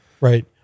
right